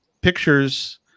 pictures